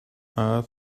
earth